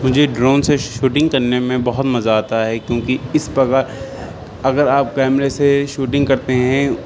مجھے ڈرون سے شوٹنگ کرنے میں بہت مزہ آتا ہے کیوںکہ اس پرکار اگر آپ کیمرے سے شوٹنگ کرتے ہیں